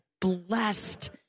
blessed